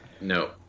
no